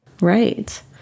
right